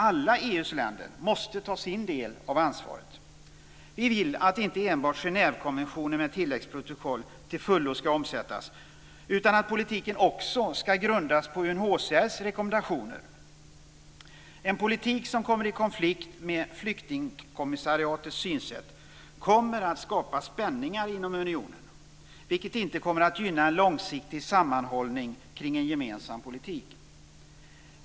Alla EU:s länder måste ta sin del av ansvaret. Vi vill inte enbart att Genèvekonventionen med tilläggsprotokoll till fullo ska omsättas utan också att politiken ska grundas på UNHCR:s rekommendationer. En politik som kommer i konflikt med flyktingkommissariatets synsätt kommer att skapa spänningar inom unionen, vilket inte kommer att gynna en långsiktig sammanhållning kring en gemensam politik.